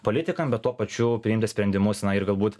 politikam bet tuo pačiu priimti sprendimus na ir galbūt